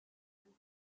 and